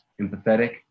empathetic